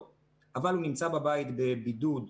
הקורונה אבל עסק בשירות הרפואי לחיילי החובה,